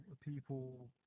people